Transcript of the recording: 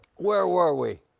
where we?